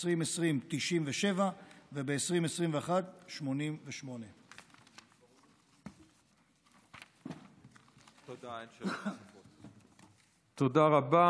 ב-2020, 97, ב-2021, 88. תודה רבה.